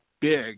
big